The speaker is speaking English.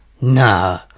no